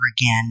again